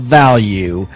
value